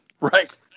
right